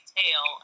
tail